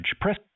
Press